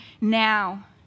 now